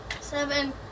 seven